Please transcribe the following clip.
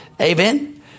Amen